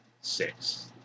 six